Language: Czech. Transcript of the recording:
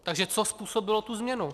Takže co způsobilo tu změnu?